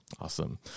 Awesome